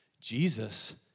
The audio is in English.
Jesus